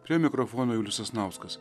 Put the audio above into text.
prie mikrofono julius sasnauskas